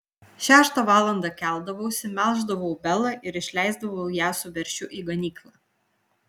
šeštą valandą keldavausi melždavau belą ir išleisdavau ją su veršiu į ganyklą